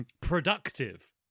Productive